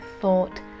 thought